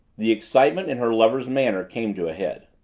the excitement in her lover's manner came to a head.